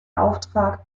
auftrag